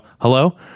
Hello